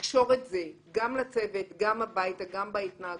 לקשור את זה גם לצוות, גם הביתה, גם בהתנהגות.